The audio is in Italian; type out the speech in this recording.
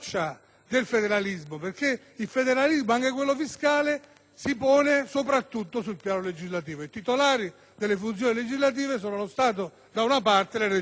del federalismo. Infatti, il federalismo, anche quello fiscale, si pone soprattutto sul piano legislativo. I titolari delle funzioni legislative sono lo Stato, da una parte, e le Regioni,